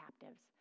captives